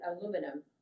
aluminum